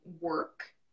work